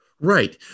Right